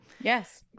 Yes